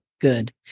good